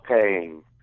paying